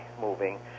moving